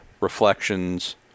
reflections